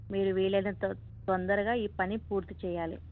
మీరు వీలైనంత తొందరగా ఈ పని పూర్తి చెయ్యాలి